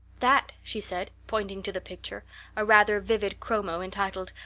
that, she said, pointing to the picture a rather vivid chromo entitled,